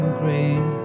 green